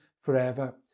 forever